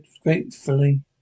gratefully